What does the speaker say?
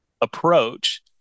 approach